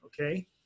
okay